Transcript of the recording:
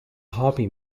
hobby